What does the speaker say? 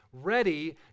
ready